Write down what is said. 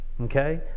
okay